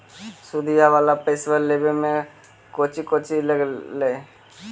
सुदिया वाला पैसबा लेबे में कोची कोची लगहय?